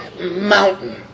mountain